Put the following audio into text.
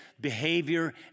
behavior